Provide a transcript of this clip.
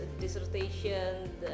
dissertation